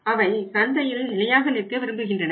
அவை சந்தையில் நிலையாக நிற்க விரும்புகின்றன